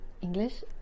English